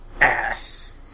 ass